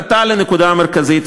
חטא לנקודה המרכזית,